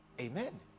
amen